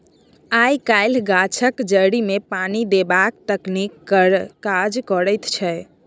आय काल्हि गाछक जड़िमे पानि देबाक तकनीक काज करैत छै